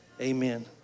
amen